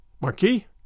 Marquis